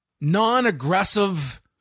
non-aggressive